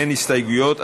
אין הסתייגויות,